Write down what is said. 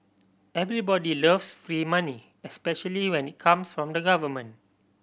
everybody loves free money especially when it comes from the government